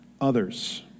others